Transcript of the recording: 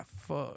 fuck